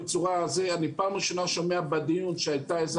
אני פעם ראשונה שומע בדיון שהייתה איזו